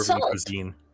cuisine